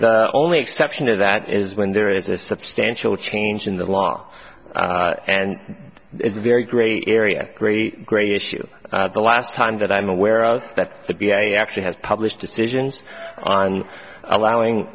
the only exception to that is when there is a substantial change in the law and it's a very great area great great issue the last time that i'm aware of that would be a actually has published decisions on allowing